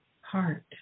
heart